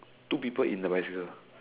two people in the bicycle